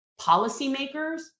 policymakers